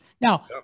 Now